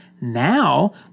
Now